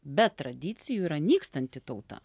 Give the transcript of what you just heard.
be tradicijų yra nykstanti tauta